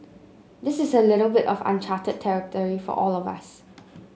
this is a little bit of uncharted territory for all of us